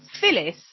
Phyllis